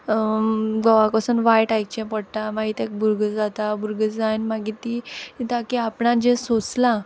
घोवा कोसून वायट आयकचें पोडटा मागीर तेक भुर्ग जाता भुर्ग जायन मागी ती म्हुटा की आपणान जें सोंसलां